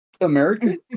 american